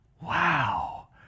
Wow